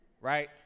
right